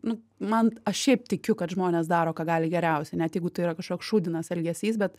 nu man šiaip tikiu kad žmonės daro ką gali geriausiai net jeigu tai yra kažkoks šūdinas elgesys bet